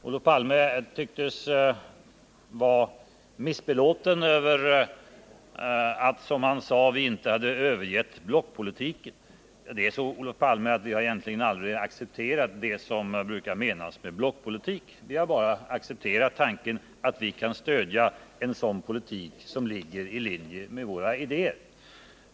Olof Palme tycktes vara missbelåten med att vi, som han sade, inte hade övergivit blockpolitiken. Vi har egentligen aldrig accepterat det som brukar menas med blockpolitik — vi kan stödja en politik som ligger i linje med våra idéer.